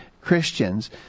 Christians